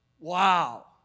Wow